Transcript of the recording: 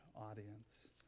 audience